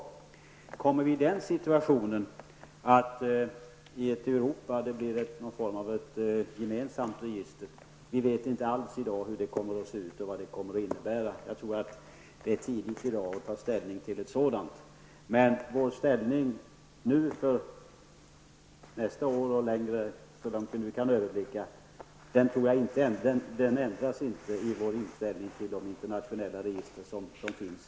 Om vi kommer i den situationen att det blir någon form av gemensamt register i Europa vet vi i dag inte alls hur det kommer att se ut och vad det kommer att innebära. Det är för tidigt att i dag ta ställning till ett sådant. Jag tror inte att vår inställning till de internationella register som finns i dag kommer att ändras nästa år eller så långt man kan överblicka.